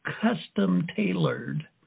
custom-tailored